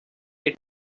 that